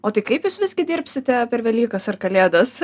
o tai kaip jūs visgi dirbsite per velykas ar kalėdas